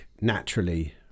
naturally